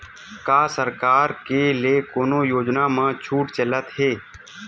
का सरकार के ले कोनो योजना म छुट चलत हे?